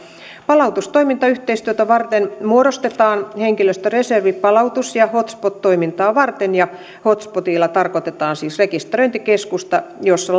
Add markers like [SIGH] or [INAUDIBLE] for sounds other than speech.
palautustoimintayhteistyötä varten muodostetaan henkilöstöreservi palautus ja hotspot toimintaa varten ja hotspotilla tarkoitetaan siis rekisteröintikeskusta jossa [UNINTELLIGIBLE]